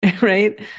Right